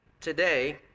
today